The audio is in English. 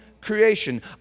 creation